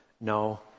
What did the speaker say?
no